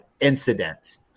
incidents